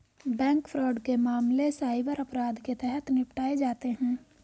bank fraud के मामले cyber अपराध के तहत निपटाए जाते हैं